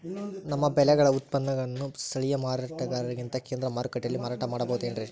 ನಮ್ಮ ಬೆಳೆಗಳ ಉತ್ಪನ್ನಗಳನ್ನ ಸ್ಥಳೇಯ ಮಾರಾಟಗಾರರಿಗಿಂತ ಕೇಂದ್ರ ಮಾರುಕಟ್ಟೆಯಲ್ಲಿ ಮಾರಾಟ ಮಾಡಬಹುದೇನ್ರಿ?